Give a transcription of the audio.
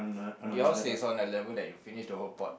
yours is on that level that you finish the whole pot